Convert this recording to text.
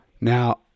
now